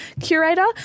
Curator